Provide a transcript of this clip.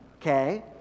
okay